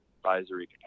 Advisory